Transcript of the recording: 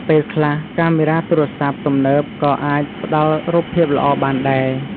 ពេលខ្លះ កាមេរ៉ាទូរសព្ទទំនើបក៏អាចផ្តល់រូបភាពល្អបានដែរ។